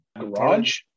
garage